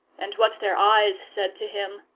and what their eyes said to him,